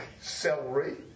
celery